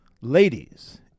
Ladies